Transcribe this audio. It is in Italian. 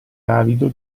avido